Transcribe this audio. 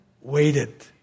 waited